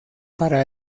para